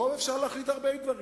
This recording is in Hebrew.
ברוב אפשר להחליט הרבה דברים,